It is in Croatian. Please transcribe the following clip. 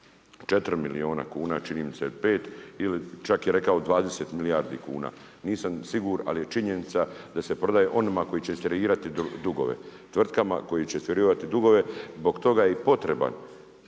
4 milijuna kuna, čini mi se ili 5, ili čak je rekao 20 milijardi kuna. Nisam siguran ali je činjenica se prodaje onima koji će istjerivati dugove, tvrtkama koje će istjerivati dugove. Zbog toga je i potreban